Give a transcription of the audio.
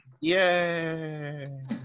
Yay